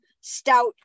stout